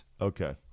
okay